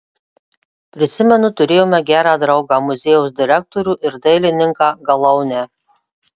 prisimenu turėjome gerą draugą muziejaus direktorių ir dailininką galaunę